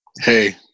Hey